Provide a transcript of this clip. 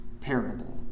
parable